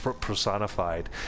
personified